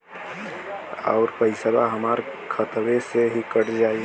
अउर पइसवा हमरा खतवे से ही कट जाई?